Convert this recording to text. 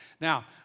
Now